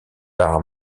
par